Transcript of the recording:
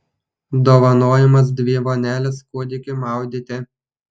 dovanojamos dvi vonelės kūdikiui maudyti